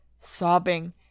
sobbing